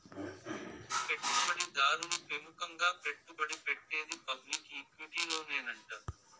పెట్టుబడి దారులు పెముకంగా పెట్టుబడి పెట్టేది పబ్లిక్ ఈక్విటీలోనేనంట